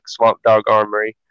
swampdogarmory